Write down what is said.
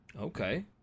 Okay